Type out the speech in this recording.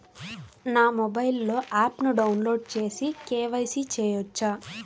నా మొబైల్లో ఆప్ను డౌన్లోడ్ చేసి కే.వై.సి చేయచ్చా?